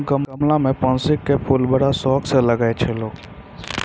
गमला मॅ पैन्सी के फूल बड़ा शौक स लगाय छै लोगॅ